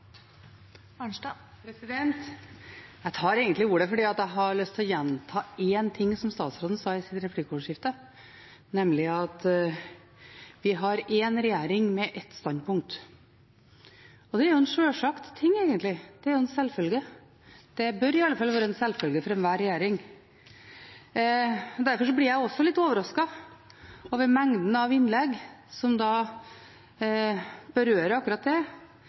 Jeg tar egentlig ordet fordi jeg har lyst til å gjenta en ting som statsråden sa i replikkordskiftet, nemlig: «Vi har en regjering med ett standpunkt.» Det er en sjølsagt ting, egentlig. Det er jo en selvfølge. Det bør i alle fall være en selvfølge for enhver regjering. Derfor blir jeg også litt overrasket over mengden av innlegg som berører akkurat det.